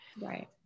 right